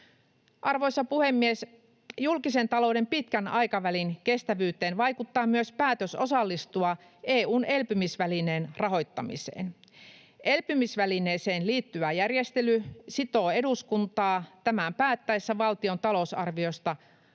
Arvoisa puhemies! Julkisen talouden pitkän aikavälin kestävyyteen vaikuttaa myös päätös osallistua EU:n elpymisvälineen rahoittamiseen. Elpymisvälineeseen liittyvä järjestely sitoo eduskuntaa tämän päättäessä valtion talousarviosta aina